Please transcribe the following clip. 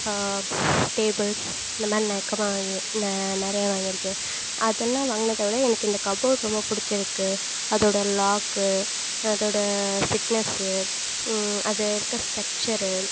table இந்த மாதிரி நெ நிறையா வாங்கியிருக்கேன் அதெலாம் வாங்கினதவிட எனக்கு இந்த கபோர்டு ரொம்ப பிடிச்சியிருக்கு அதோட லாக்கு அதோட ஃபிட்னெஸ்ஸு அது இருக்க ஸ்டெக்சர்ரு